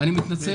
אני מתנצל,